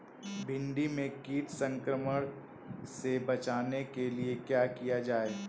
भिंडी में कीट संक्रमण से बचाने के लिए क्या किया जाए?